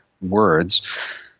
words